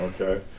Okay